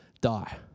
die